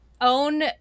own